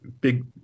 big